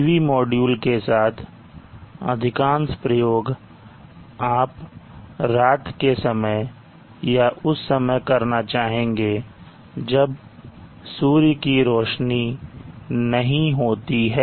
PV module के साथ अधिकांश प्रयोग आप रात के समय या उस समय करना चाहेंगे जब सूर्य की रोशनी नहीं होती है